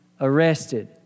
arrested